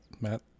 Matt